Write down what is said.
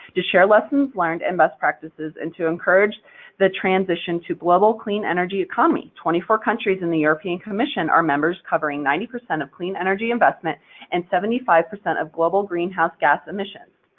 to share lessons learned and best practices, and to encourage the transition to global clean energy economy. twenty-four countries in the european commission are members, covering ninety percent of clean energy investment and seventy five percent of global greenhouse gas emissions.